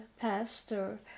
pastor